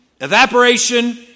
evaporation